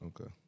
Okay